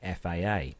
FAA